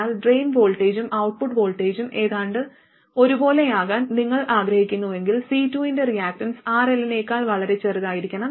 എന്നാൽ ഡ്രെയിൻ വോൾട്ടേജും ഔട്ട്പുട്ട് വോൾട്ടേജും ഏതാണ്ട് ഒരുപോലെയാകാൻ നിങ്ങൾ ആഗ്രഹിക്കുന്നുവെങ്കിൽ C2 ന്റെ റിയാക്റ്റൻസ് RLനേക്കാൾ വളരെ ചെറുതായിരിക്കണം